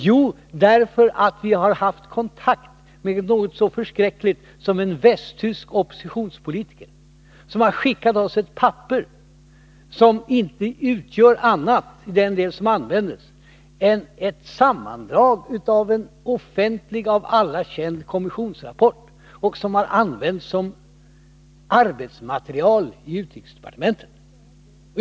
Jo, därför att vi har haft kontakt med något så förskräckligt som en västtysk oppositionspolitiker, vilken har skickat oss en handling som inte innehåller annat än, i den del som användes, ett sammandrag av en offentlig, av alla känd kommissionsrapport. Den har använts som arbetsmaterial i utrikesdepartementet.